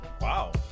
Wow